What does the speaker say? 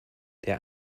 der